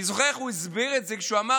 אני זוכר איך הוא הסביר את זה כשהוא אמר